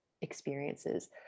experiences